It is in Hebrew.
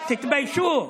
תתביישו.